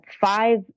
five